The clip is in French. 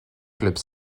clubs